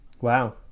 Wow